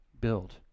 build